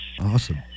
Awesome